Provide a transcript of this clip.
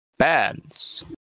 Bands